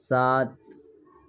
سات